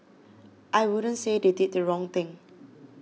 I wouldn't say they did the wrong thing